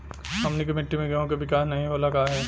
हमनी के मिट्टी में गेहूँ के विकास नहीं होला काहे?